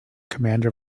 commander